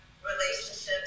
relationships